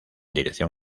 dirección